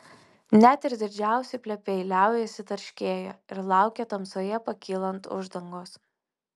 net ir didžiausi plepiai liaujasi tarškėję ir laukia tamsoje pakylant uždangos